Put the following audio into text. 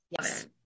yes